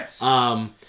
Yes